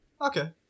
Okay